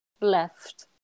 left